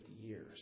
years